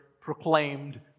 proclaimed